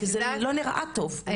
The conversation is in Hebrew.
זה לא נראה טוב.